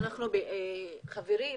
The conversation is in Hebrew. חברים,